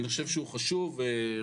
אני חושב שהוא חשוב ורום